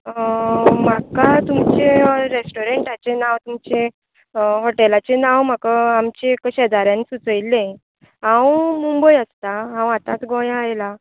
म्हाका तुमचें रॅस्टॉरेंटाचें नांव तुमचें हॉटेलाचें नांव म्हाका आमचें एकट्या शेजाऱ्यान सुचयिल्लें हांव मुंबय आसतां हांव आतांच गोंयां आयलां